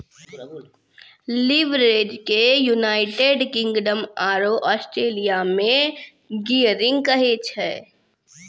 leverage के United Kingdom आरो Australia मे गियरिंग कहै छै